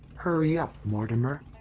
hurry up, mortimer.